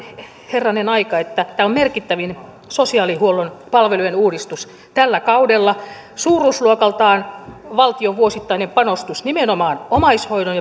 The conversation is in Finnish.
herranen aika että tämä on merkittävin sosiaalihuollon palvelujen uudistus tällä kaudella suuruusluokaltaan valtion vuosittainen panostus nimenomaan omaishoidon